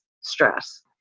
stress